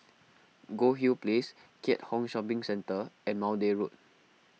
Goldhill Place Keat Hong Shopping Centre and Maude Road